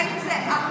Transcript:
בין אם זה הפסטה,